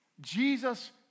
Jesus